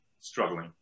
struggling